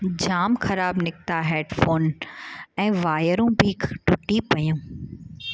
जाम ख़राबु निकिता हैडफ़ोन ऐं वायरूं बि टूटी पेयूं